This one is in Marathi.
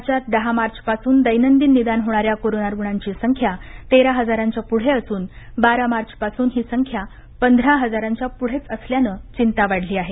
राज्यात दहा मार्चपासून दैनदिन निदान होणाऱ्या कोरोना रुग्णांची संख्या तेरा हजारांच्या पुढे असून बारा मार्चपासून ही संख्या पंधरा हजारांच्या पुढेच असल्यानं चिंता वाढली आहे